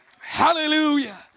Hallelujah